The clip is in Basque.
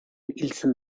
hiltzen